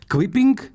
Clipping